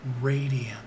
radiant